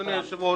אדוני היושב-ראש,